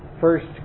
first